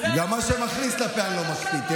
גם במה שאני מכניס לפה אני לא מקפיד.